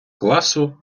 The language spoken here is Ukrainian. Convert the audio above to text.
класу